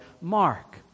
Mark